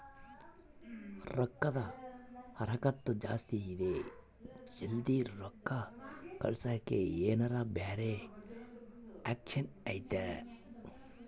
ರೊಕ್ಕದ ಹರಕತ್ತ ಜಾಸ್ತಿ ಇದೆ ಜಲ್ದಿ ರೊಕ್ಕ ಕಳಸಕ್ಕೆ ಏನಾರ ಬ್ಯಾರೆ ಆಪ್ಷನ್ ಐತಿ?